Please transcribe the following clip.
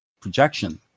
projection